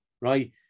right